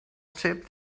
ship